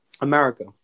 America